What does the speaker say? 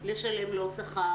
לשלם לו שכר,